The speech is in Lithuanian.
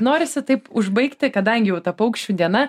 norisi taip užbaigti kadangi jau ta paukščių diena